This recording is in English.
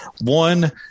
One